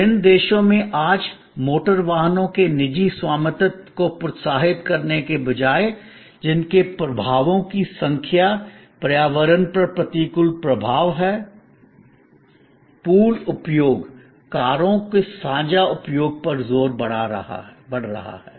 विभिन्न देशों में आज मोटर वाहनों के निजी स्वामित्व को प्रोत्साहित करने के बजाय जिनके प्रभावों की संख्या पर्यावरण पर प्रतिकूल प्रभाव है पूल उपयोग कारों के साझा उपयोग पर जोर बढ़ रहा है